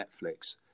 Netflix